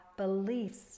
beliefs